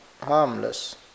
harmless